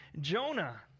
Jonah